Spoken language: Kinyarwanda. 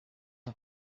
uko